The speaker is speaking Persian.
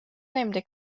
نمیده